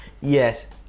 Yes